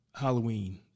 Halloween